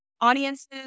audiences